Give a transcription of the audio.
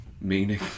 Meaning